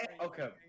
Okay